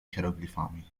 hieroglifami